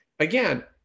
Again